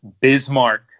Bismarck